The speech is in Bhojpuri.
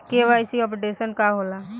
के.वाइ.सी अपडेशन का होला?